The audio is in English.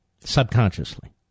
subconsciously